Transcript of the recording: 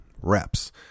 reps